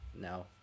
no